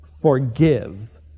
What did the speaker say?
forgive